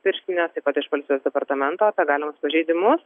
pirštinės taip pat iš valstybės departamento apie galimus pažeidimus